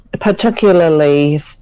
particularly